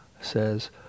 says